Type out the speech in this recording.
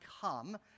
come